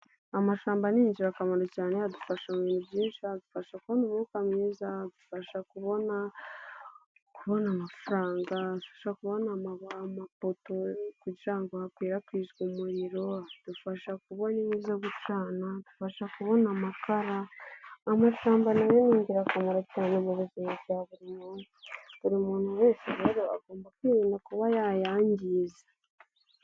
Amashyamba ni ingirakamaro cyane adufasha mu bintu byinshi, adufasha kubona umwuka mwiza , adufasha kubona kubona amafaranga, adufasha kubona amapoto, kugira hakwirakwizwe umuriro, adufasha kubona inkwi zo gucana, adufasha kubona amakara, amashyamba nayo ni ingirakamaro cyane mu buzima bwa buri munsi, buri muntu wese rero agomba kwirinda kuba yayangiza.